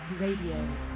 Radio